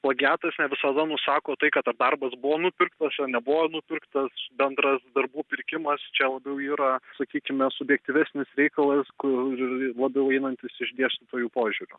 plagiatas ne visada nusako tai kad ar darbas buvo nupirktasar nebuvo nupirktas bendras darbų pirkimas čia labiau yra sakykime subjektyvesnis reikalas kur labiau einantis iš dėstytųjų požiūrio